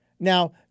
Now